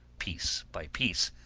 piece by piece.